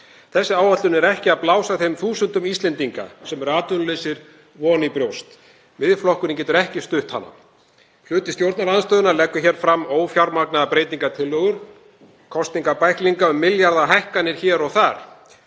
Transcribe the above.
Þessi áætlun er ekki að blása þeim þúsundum Íslendinga sem eru atvinnulausir von í brjóst. Miðflokkurinn getur ekki stutt hana. Hluti stjórnarandstöðunnar leggur hér fram ófjármagnaðar breytingartillögur, kosningabæklinga um milljarðahækkanir hér og þar.